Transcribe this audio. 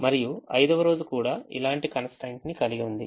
మరియు 5వ రోజు కూడా ఇలాంటి constraint ని కలిగి ఉంది